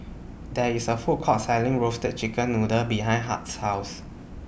There IS A Food Court Selling Roasted Chicken Noodle behind Hart's House